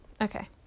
Okay